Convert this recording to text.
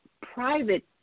private